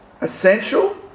essential